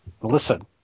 Listen